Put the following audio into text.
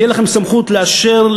תהיה לכם סמכות לאשר,